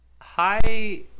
Hi